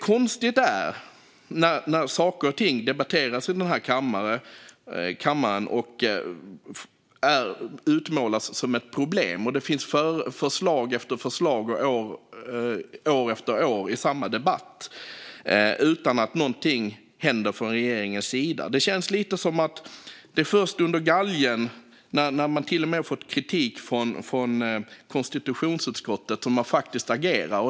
Konstigt blir det däremot när saker och ting debatteras här i kammaren och utmålas som problem och det år efter år framförs förslag efter förslag i samma debatt utan att något händer från regeringens sida. Det känns lite som att det är först under galgen, när man till och med fått kritik från konstitutionsutskottet, som man faktiskt agerar.